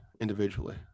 individually